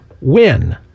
win